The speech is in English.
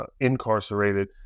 incarcerated